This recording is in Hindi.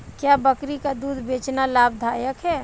क्या बकरी का दूध बेचना लाभदायक है?